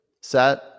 set